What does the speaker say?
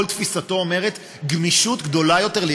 כל תפיסתו אומרת: גמישות גדולה יותר לשלטון המקומי